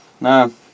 No